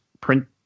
print